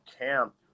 camp